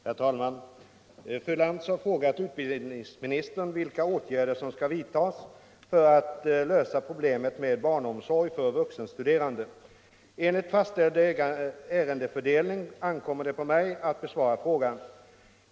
Herr talman! Fru Lantz har frågat utbildningsministern vilka åtgärder som skall vidtas för att lösa problemet med barnomsorg för vuxenstuderande. Enligt fastställd ärendefördelning ankommer det på nrg att besvara frågan.